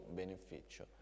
beneficio